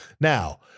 Now